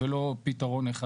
ולא פתרון אחד.